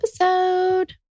episode